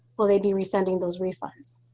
will they be resending those refunds?